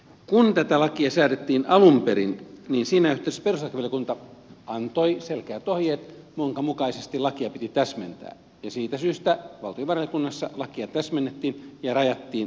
kun tätä lakia säädettiin alun perin niin siinä yhteydessä perustuslakivaliokunta antoi selkeät ohjeet joiden mukaisesti lakia piti täsmentää ja siitä syystä valtiovarainvaliokunnassa lakia täsmennettiin ja rajattiin tietojensaantioikeutta